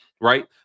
right